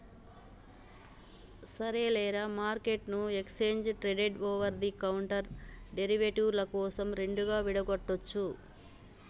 సరేలేరా, మార్కెట్ను exchange traded over the counter derivative ల కోసం రెండుగా విడగొట్టొచ్చు